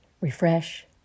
Refresh